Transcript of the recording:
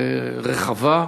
רחבה,